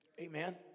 Amen